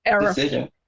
decision